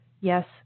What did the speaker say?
Yes